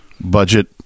budget